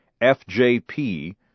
FJP